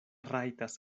rajtas